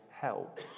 help